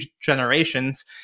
generations